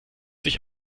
sich